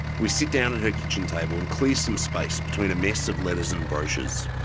we sit down at her kitchen table and clear some space between a mess of letters and brochures.